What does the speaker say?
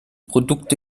produkte